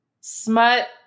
smut